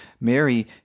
Mary